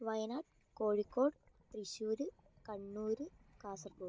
Wayanad Kozhikode Thrissur Kannur Kasaragod